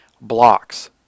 blocks